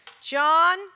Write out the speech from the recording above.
John